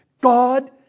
God